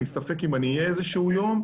אני בספק אם אני אהיה איזה שהוא יום,